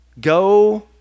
Go